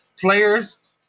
players